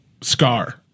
scar